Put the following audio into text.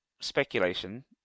speculation